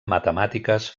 matemàtiques